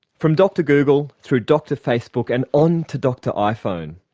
from dr google through dr facebook and on to dr iphone.